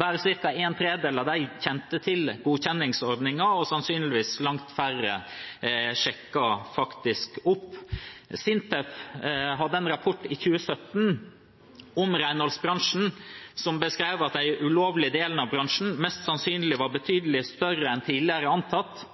Bare ca. en tredjedel av dem kjente til godkjenningsordningen, og sannsynligvis var det langt færre som faktisk sjekket opp. SINTEF hadde en rapport i 2017 om renholdsbransjen som beskrev at den ulovlige delen av bransjen mest sannsynlig var betydelig større enn tidligere antatt,